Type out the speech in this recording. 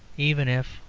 even if,